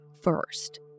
first